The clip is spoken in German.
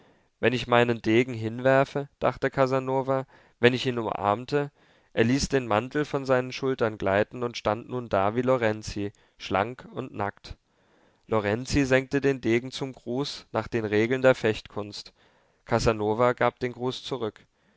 wenn ich meinen degen hinwürfe dachte casanova wenn ich ihn umarmte er ließ den mantel von seinen schultern gleiten und stand nun da wie lorenzi schlank und nackt lorenzi senkte den degen zum gruß nach den regeln der fechtkunst casanova gab den gruß zurück